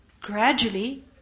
gradually